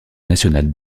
national